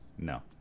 No